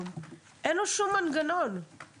לטעמי אתם קצת שונים מהצבא.